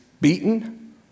beaten